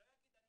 שלא יגיד,